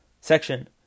section